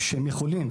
שהם יכולים,